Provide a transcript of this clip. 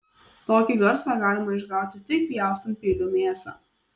tokį garsą galima išgauti tik pjaustant peiliu mėsą